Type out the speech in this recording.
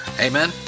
Amen